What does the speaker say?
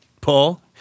Paul